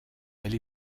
elle